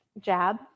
jab